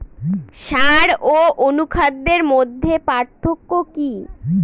সার ও অনুখাদ্যের মধ্যে পার্থক্য কি?